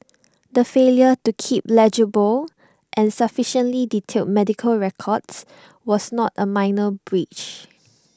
the failure to keep legible and sufficiently detailed medical records was not A minor breach